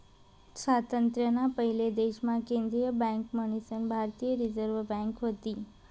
स्वातंत्र्य ना पयले देश मा केंद्रीय बँक मन्हीसन भारतीय रिझर्व बँक व्हती